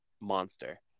monster